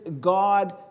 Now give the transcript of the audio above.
God